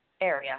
area